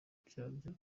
uburyarya